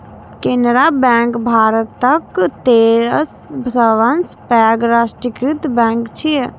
Canara bank भारतक तेसर सबसं पैघ राष्ट्रीयकृत बैंक छियै